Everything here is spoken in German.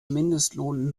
mindestlohn